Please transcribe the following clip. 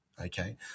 okay